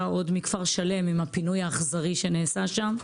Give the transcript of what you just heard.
עוד מכפר שלם עם הפינוי האכזרי שנעשה שם,